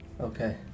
Okay